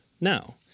now